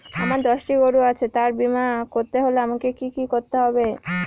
আমার দশটি গরু আছে তাদের বীমা করতে হলে আমাকে কি করতে হবে?